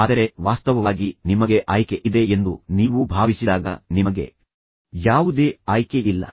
ಆದರೆ ವಾಸ್ತವವಾಗಿ ನಿಮಗೆ ಆಯ್ಕೆ ಇದೆ ಎಂದು ನೀವು ಭಾವಿಸಿದಾಗ ನಿಮಗೆ ಯಾವುದೇ ಆಯ್ಕೆಯಿಲ್ಲ